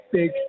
big